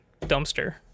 dumpster